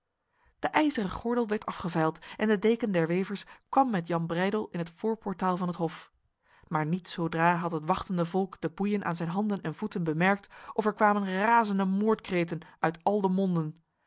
de ijzeren gordel werd afgevijld en de deken der wevers kwam met jan breydel in het voorportaal van het hof maar niet zodra had het wachtende volk de boeien aan zijn handen en voeten bemerkt of er kwamen razende moordkreten uit al de monden